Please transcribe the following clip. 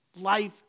Life